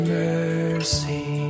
mercy